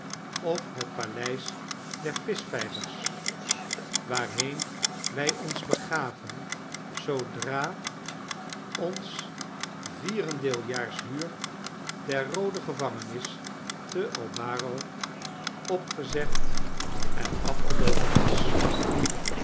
of het paleis der vischvijvers waarheen wij onsbegavenzoodra ons vierendeeljaars huur der roode gevangenis te albaro opgezegd en afgeloopen was